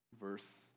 Verse